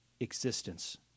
existence